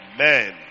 Amen